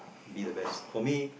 be the best for me